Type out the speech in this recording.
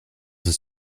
ist